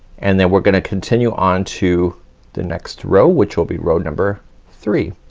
and then we're gonna continue on to the next row, which will be row number three.